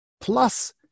plus